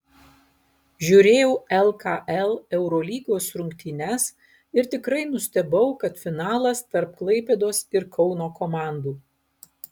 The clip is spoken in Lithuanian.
žiūrėjau lkl eurolygos rungtynes ir tikrai nustebau kad finalas tarp klaipėdos ir kauno komandų